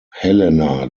helena